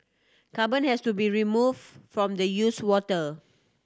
carbon has to be remove from the use water